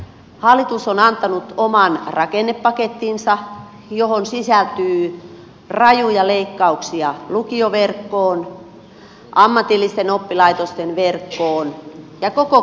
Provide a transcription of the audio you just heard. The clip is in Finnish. hallitus on antanut oman rakennepakettinsa johon sisältyy rajuja leikkauksia lukioverkkoon ammatillisten oppilaitosten verkkoon ja koko koulutussektoriin